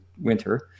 winter